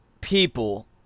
people